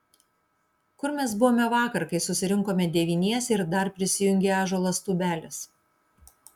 kur mes buvome vakar kai susirinkome devyniese ir dar prisijungė ąžuolas tubelis